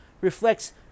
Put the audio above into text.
reflects